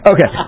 Okay